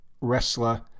wrestler